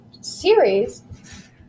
series